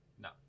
No